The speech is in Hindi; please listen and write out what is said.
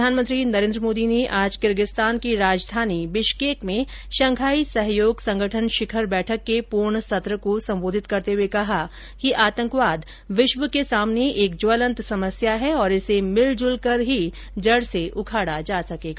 प्रधानमंत्री नरेन्द्र मोदी ने आज किर्गिस्तान की राजधानी बिश्केक में शधाई सहयोग संगठन शिखर बैठक के पूर्ण सत्र को संबोधित करते हुए कहा कि आतंकवाद विश्व के सामने एक ज्वलंत समस्या है और इसे मिलजुल कर ही जड से उखाडा जा सकेगा